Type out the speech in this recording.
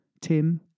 Tim